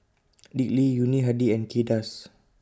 Dick Lee Yuni Hadi and Kay Das